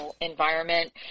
environment